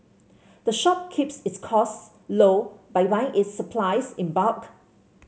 the shop keeps its costs low by buying its supplies in bulk